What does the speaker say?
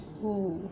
oo